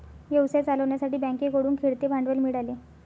व्यवसाय चालवण्यासाठी बँकेकडून खेळते भांडवल मिळाले